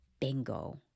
Bingo